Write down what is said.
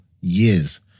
years